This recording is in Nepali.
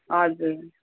हजुर